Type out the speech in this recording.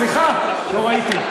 סליחה, לא ראיתי.